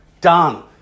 Done